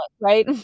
right